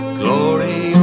glory